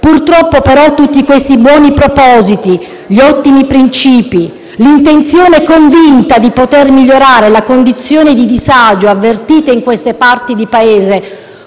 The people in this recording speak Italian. Purtroppo, però, tutti questi buoni propositi, gli ottimi princìpi, l'intenzione convinta di poter migliorare la condizione di disagio avvertita in queste parti di Paese